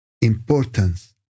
importance